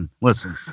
listen